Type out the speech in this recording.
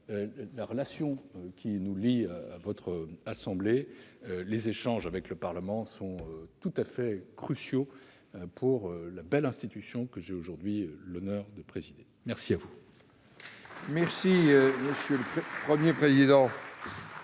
la relation qui nous lie à votre assemblée et les échanges avec le Parlement sont tout à fait cruciaux pour la belle institution que j'ai aujourd'hui l'honneur de présider. Monsieur